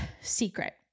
secret